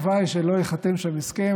הלוואי שלא ייחתם שם הסכם,